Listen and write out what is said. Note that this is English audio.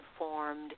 informed